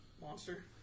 monster